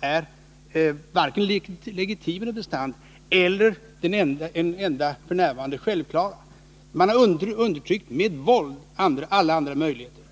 är vare sig legitim representant eller den enda f. n. självklara representanten. Man har undertryckt alla andra möjligheter.